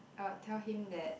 I will tell him that